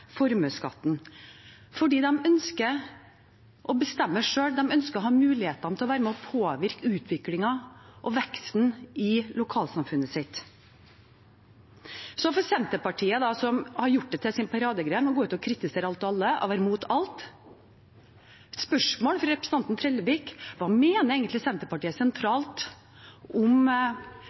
ønsker å bestemme selv, de ønsker å ha muligheten til å være med og påvirke utviklingen og veksten i lokalsamfunnet sitt. Så til Senterpartiet, som har gjort det til sin paradegren å gå ut og kritisere alt og alle og være imot alt, og til spørsmålet fra representanten Trellevik: Hva mener egentlig Senterpartiet sentralt om